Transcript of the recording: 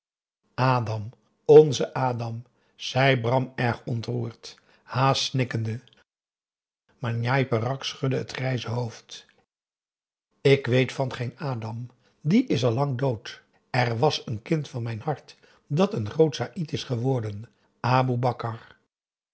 adam zei bram erg ontroerd haast snikkende maar njai peraq schudde het grijze hoofd ik weet van geen adam die is al lang dood er was een kind van mijn hart dat een groote saïd is geworden aboe bakar